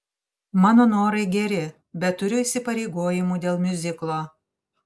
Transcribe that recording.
mano norai geri bet turiu įsipareigojimų dėl miuziklo